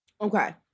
Okay